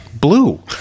blue